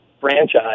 franchise